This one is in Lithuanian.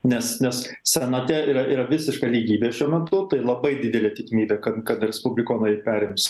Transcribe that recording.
nes nes senate yra yra visiška lygybė šiuo metu tai labai didelė tikimybė kad kad respublikonai perims